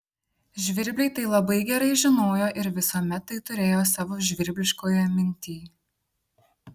žvirbliai tai labai gerai žinojo ir visuomet tai turėjo savo žvirbliškoje mintyj